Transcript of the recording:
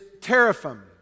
teraphim